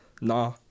nah